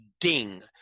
ding